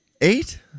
eight